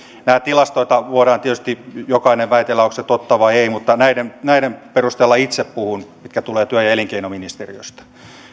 näistä tilastoista voidaan tietysti jokainen väitellä ovatko ne totta vai ei mutta näiden näiden perusteella itse puhun mitkä tulevat työ ja elinkeinoministeriöstä